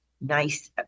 nice